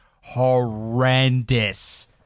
horrendous